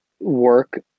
work